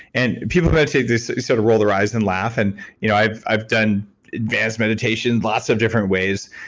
and people who i say this sort of roll their eyes and laugh and you know i've i've done advanced meditation lots of different ways.